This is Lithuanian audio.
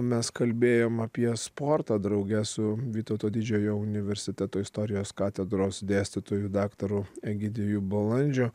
mes kalbėjom apie sportą drauge su vytauto didžiojo universiteto istorijos katedros dėstytoju daktaru egidiju balandžiu